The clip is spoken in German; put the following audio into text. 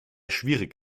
schwierig